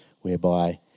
whereby